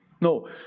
No